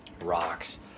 rocks